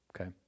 okay